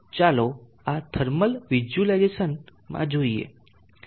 ચાલો આ thermal visualisation માં જોઈએ